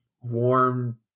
warm –